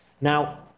Now